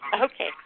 Okay